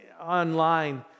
online